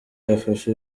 yafasha